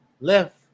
Left